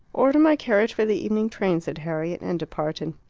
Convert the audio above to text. order my carriage for the evening train, said harriet, and departed.